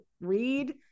read